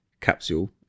capsule